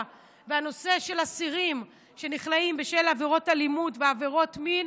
והנושא של אסירים שנכלאים בשל עבירות אלימות ועבירות מין